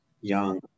young